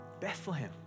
Bethlehem